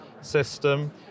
system